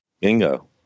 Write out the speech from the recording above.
Bingo